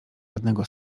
żadnego